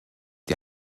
die